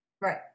Right